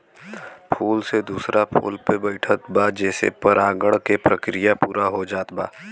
फूल से दूसरा फूल पे बैठत बा जेसे परागण के प्रक्रिया पूरा हो जात बा